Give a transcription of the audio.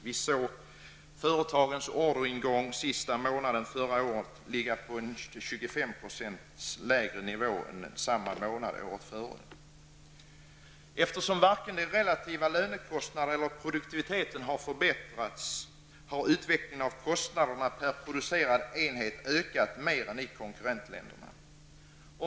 Under förra årets sista månad låg företagens orderingång på Eftersom varken de relativa lönekostnaderna eller produktiviteten har förbättrats, har utvecklingen av kostnaden per producerad enhet ökat mer än i konkurrentländerna.